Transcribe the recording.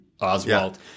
Oswald